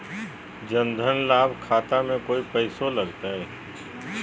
जन धन लाभ खाता में कोइ पैसों लगते?